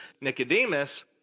Nicodemus